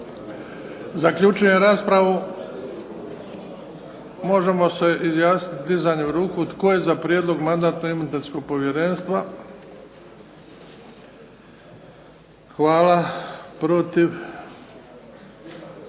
Zaključujem raspravu. Možemo se izjasniti dizanjem ruku. Tko je za prijedlog Mandatno-imunitetnog povjerenstva? hvala. Protiv?